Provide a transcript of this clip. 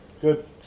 Good